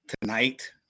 tonight